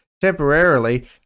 temporarily